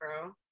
bro